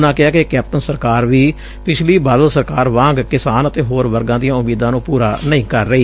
ਉਨ੍ਹਾਂ ਕਿਹਾ ਕਿ ਕੈਪਟਨ ਸਰਕਾਰ ਵੀ ਪਿਛਲੀ ਬਾਦਲ ਸਰਕਾਰ ਵਾਂਗ ਕਿਸਾਨ ਅਤੇ ਹੋਰ ਵਰਗਾਂ ਦੀਆਂ ਉਮੀਦਾਂ ਨੂੰ ਪੂਰਾ ਨਹੀਂ ਕਰ ਰਹੀ